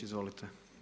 Izvolite.